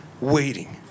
waiting